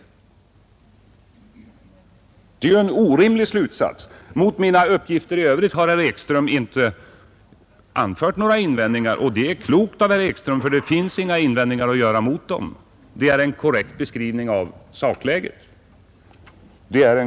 Det är ju en orimlig slutsats. Mot mina uppgifter i övrigt har herr Ekström inte anfört några invändningar och det är klokt av herr Ekström, ty det finns inga invändningar att göra mot dem. Mina uppgifter utgör en korrekt beskrivning av sakläget.